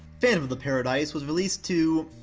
phantom of the paradise was released to,